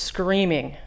Screaming